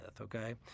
Okay